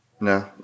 no